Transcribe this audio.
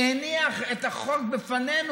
שהניח את החוק בפנינו,